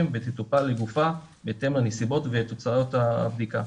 ותטופל לגופה בהתאם לנסיבות ותוצאות הבדיקה,